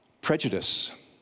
Prejudice